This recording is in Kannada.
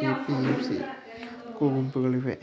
ಕೆ.ಪಿ.ಎಂ.ಸಿ ಈ ನಾಲ್ಕು ಗುಂಪುಗಳಿವೆ